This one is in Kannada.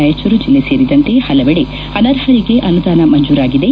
ರಾಯಚೂರು ಜಿಲ್ಲೆ ಸೇರಿದಂತೆ ಹಲವಡೆ ಅನರ್ಹರಿಗೆ ಅನುದಾನ ಮಂಜೂರಾಗಿದೆ